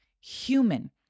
human